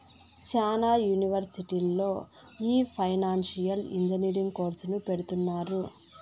శ్యానా యూనివర్సిటీల్లో ఈ ఫైనాన్సియల్ ఇంజనీరింగ్ కోర్సును పెడుతున్నారు